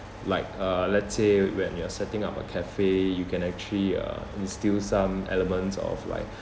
like uh let's say when you are setting up a cafe you can actually uh instill some elements of like